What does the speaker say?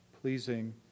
pleasing